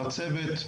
הצוות,